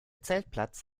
zeltplatz